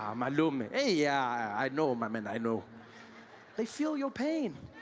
um malume, ah yeah i know my man, i know they feel your pain